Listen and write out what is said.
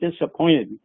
disappointed